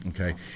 Okay